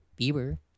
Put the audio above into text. Bieber